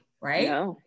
right